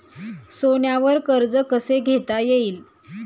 सोन्यावर कर्ज कसे घेता येईल?